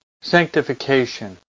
sanctification